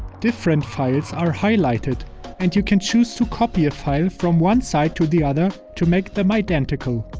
different files are highlighted and you can choose to copy a file from one side to the other to make them identical.